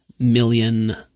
million